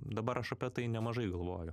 dabar aš apie tai nemažai galvoju